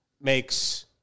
makes